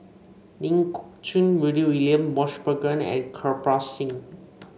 Ling Geok Choon Rudy William Mosbergen and Kirpal Singh